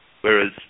Whereas